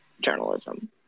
journalism